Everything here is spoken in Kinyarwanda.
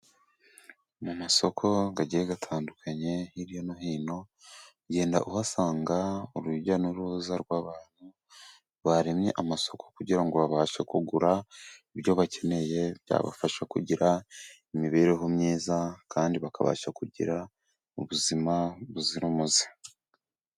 Mu masoko agiye atandukanye, hirya no hino, ugenda uhasanga urujya n'uruza rw'abantu baremye amasoko, kugira ngo babashe kugura ibyo bakeneye, byabafasha kugira imibereho myiza, kandi bakabasha kugira ubuzima buzira umuze.